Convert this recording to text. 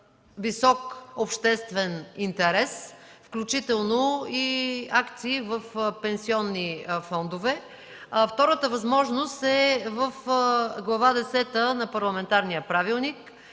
висок обществен интерес, включително и акции в пенсионни фондове. Втората възможност е в Глава десета на парламентарния правилник,